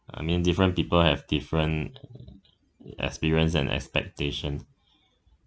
I mean different people have different experience and expectation